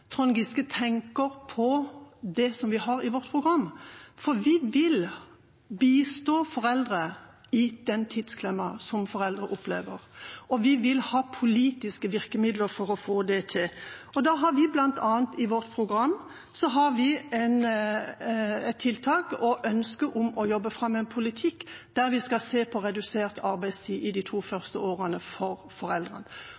Trond Giske tenker på det vi har i vårt program. Vi vil bistå foreldre i den tidsklemma som foreldre opplever, og vi vil ha politiske virkemidler for å få det til. I vårt program har vi bl.a. et ønske om å jobbe fram en politikk der vi skal se på redusert arbeidstid for foreldre de to